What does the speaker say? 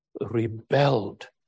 rebelled